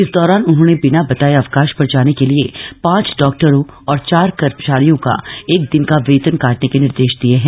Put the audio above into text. इस दौरान उन्होंने बिना बताए अवकाश पर जाने के लिए पांच डॉक्टरों और चार कर्मचारियों का एक दिन का वेतन काटने के निर्देश दिए हैं